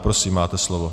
Prosím, máte slovo.